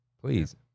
please